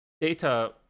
Data